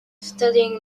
studying